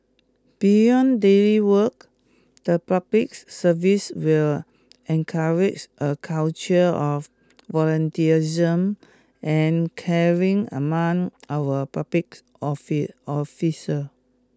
beyond daily work the public service will encourage a culture of volunteerism and caring among our public officer